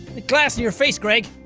glass in your face gregg.